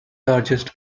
largest